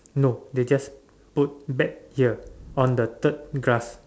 no they just put back here on the third glass